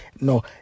no